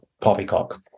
poppycock